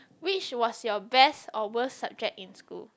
which was your best or worst subject in school